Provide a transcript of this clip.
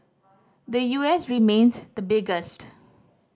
the U S remained the biggest